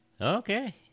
Okay